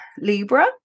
Libra